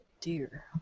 dear